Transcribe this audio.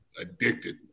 Addicted